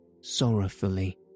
sorrowfully